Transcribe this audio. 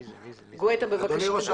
מר גואטה, בבקשה.